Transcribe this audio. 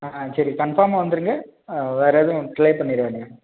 ஆ சரி கன்ஃபார்மாக வந்துடுங்க வேறு எதுவும் டிலே பண்ணிடாதீங்க